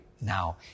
now